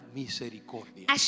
mercy